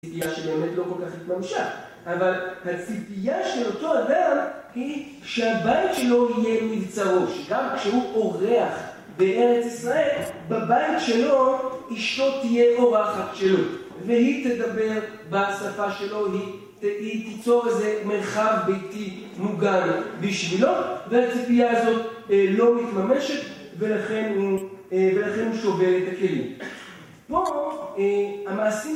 צפייה שבאמת לא כל כך התממושה, אבל הציפייה של אותו אדם היא שהבית שלו יהיה מבצרו, שגם כשהוא אורח בארץ ישראל, בבית שלו אישתו תהיה אורחת שלו, והיא תדבר בשפה שלו, היא תיצור איזה מרחב ביתי מוגן בשבילו, והציפייה הזאת לא מתממשת ולכן הוא שובר את הכלים. פה, המעשים.